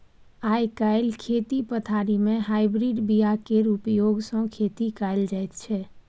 आइ काल्हि खेती पथारी मे हाइब्रिड बीया केर प्रयोग सँ खेती कएल जाइत छै